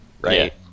right